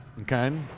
okay